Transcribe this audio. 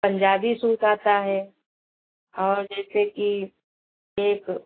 Punjabi suit आता है और जैसे कि एक